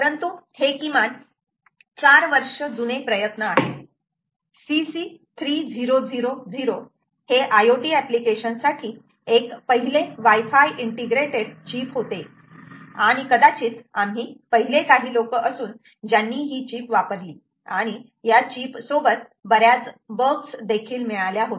परंतु हे किमान 4 वर्ष जुने प्रयत्न आहेत CC3000 हे IoT एप्लीकेशन साठी एक पहिले वायफाय इंटिग्रेटेड चिप होते आणि कदाचित आम्ही पहिले काही लोक असून ज्यांनी ही चिप वापरली आणि या चिप सोबत बऱ्याच बग्स देखील मिळाल्या होत्या